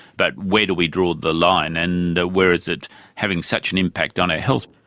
but where do we draw the line and ah where is it having such an impact on our health?